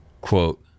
Quote